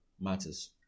matters